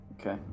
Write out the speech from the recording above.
Okay